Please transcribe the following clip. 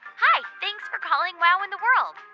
hi, thanks for calling wow in the world.